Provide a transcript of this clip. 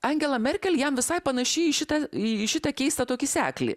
angela merkel jam visai panaši į šitą į šitą keistą tokį seklį